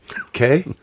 Okay